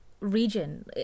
region